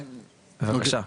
בבקשה.